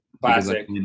Classic